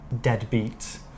deadbeat